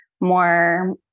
more